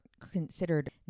considered